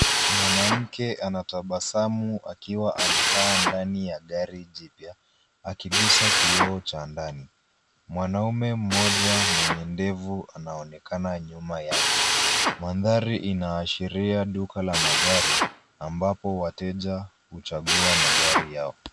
Mwanamke anatabasamu akiwa amekaa ndani ya gari jipya, akigusa kioo cha ndani. Mwanamume mmoja mwenye ndevu anaonekana nyuma yake. Mandhari inaashiria duka la magari ambapo wateja huchagua magari yao.